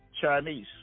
Chinese